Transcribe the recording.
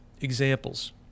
examples